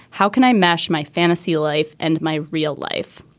how can i match my fantasy life and my real life?